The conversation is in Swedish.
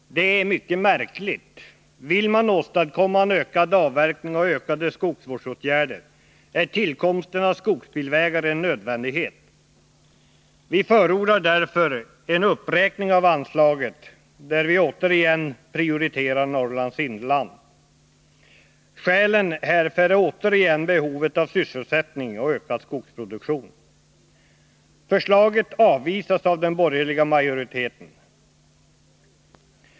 Det är mycket märkligt. Vill man åstadkomma en ökad avverkning och ökade skogsvårdsåtgärder, är tillkomsten av skogsbilvägar en nödvändighet. Vi förordar därför en uppräkning av anslaget, varvid vi återigen prioriterar Norrlands inland. Skälen härför är som tidigare behovet av sysselsättning och ökad skogsproduktion. Förslaget avvisas av den borgerliga majoriteten.